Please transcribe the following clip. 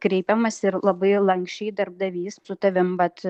kreipiamas ir labai lanksčiai darbdavys su tavim vat